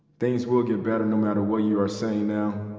things will get better no matter what you are saying now.